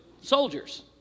soldiers